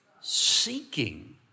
seeking